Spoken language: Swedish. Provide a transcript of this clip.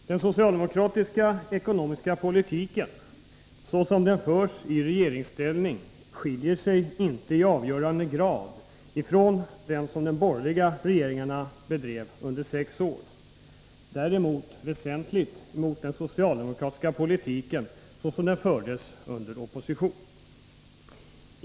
Fru talman! Den socialdemokratiska ekonomiska politiken, såsom den förs i regeringsställning, skiljer sig inte i avgörande grad från den som de borgerliga regeringarna bedrev under sex år, däremot väsentligt från den socialdemokratiska politiken i opposition.